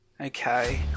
Okay